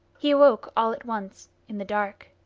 he awoke all at once, in the dark.